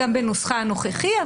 גם בנוסחה הנוכחי,